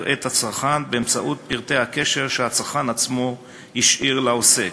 את הצרכן באמצעות פרטי הקשר שהצרכן עצמו השאיר לעוסק.